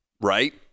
right